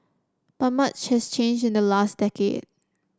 but much has changed in the last decade